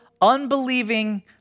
unbelieving